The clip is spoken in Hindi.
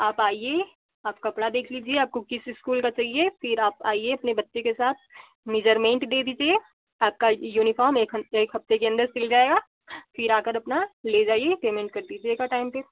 आप आइए आप कपड़ा देख लीजिए आपको किस स्कूल का चाहिए फिर आप आइए अपने बच्चे के साथ मीजर्मेन्ट दे दीजिए आपका यू यूनिफॉर्म एक हफ एक हफ़्ते के अंदर सिल जाएगा फिर आकर अपना ले जाइए पेमेंट कर दीजिएगा टाइम पर